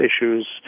issues